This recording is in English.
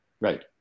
Right